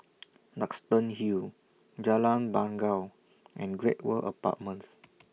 Duxton Hill Jalan Bangau and Great World Apartments